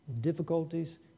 difficulties